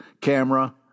camera